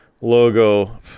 logo